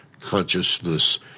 consciousness